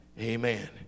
Amen